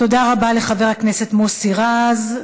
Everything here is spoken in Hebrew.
תודה רבה לחבר הכנסת מוסי רז.